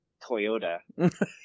toyota